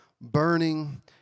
burning